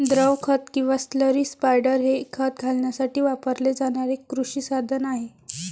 द्रव खत किंवा स्लरी स्पायडर हे खत घालण्यासाठी वापरले जाणारे कृषी साधन आहे